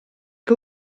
che